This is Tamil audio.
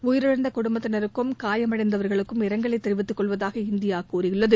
உயிரிழந்த குடும்பத்தினருக்கும் காயமடைந்தவர்களுக்கும் இரங்கலை தெரிவித்துக் கொள்வதாக இந்தியா கூறியுள்ளது